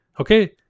okay